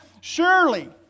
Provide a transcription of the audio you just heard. surely